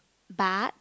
but